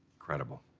credible.